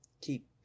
keep